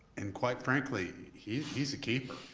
and quite frankly he's he's a keeper.